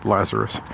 Lazarus